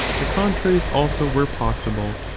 the contraries also were possible,